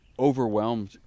overwhelmed